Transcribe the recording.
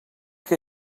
que